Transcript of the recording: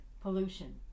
pollution